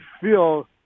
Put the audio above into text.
feel